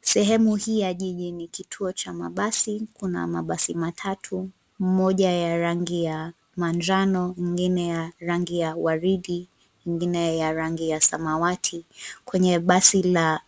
Sehemu hii ya jiji ni kituo cha mabasi. Kuna mabasi matatu, moja ya rangi ya manjano, nyingine ya rangi ya waridi, ingine ya rangi ya samawati. Kwenye basi la